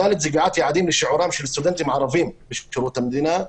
(ד) קביעת יעדים לשיעורם של סטודנטים ערבים בשירות המדינה.